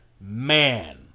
man